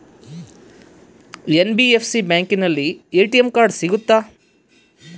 NBFC ಬ್ಯಾಂಕಿನಲ್ಲಿ ATM card ಸಿಗುತ್ತಾ?